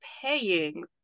paying